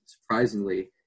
surprisingly